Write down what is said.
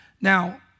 Now